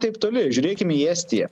taip toli žiūrėkim į estiją